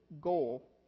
goal